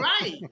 Right